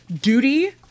duty